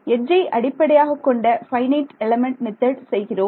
எட்ஜை அடிப்படையாகக் கொண்ட FEM செய்கிறோம்